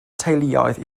teuluoedd